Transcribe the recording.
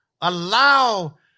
allow